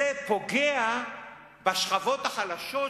בשכבות החלשות,